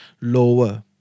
lower